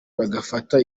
bagafata